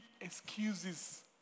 excuses